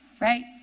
Right